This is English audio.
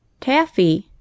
Taffy